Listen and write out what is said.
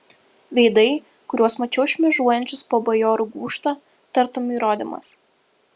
veidai kuriuos mačiau šmėžuojančius po bajorų gūžtą tartum įrodymas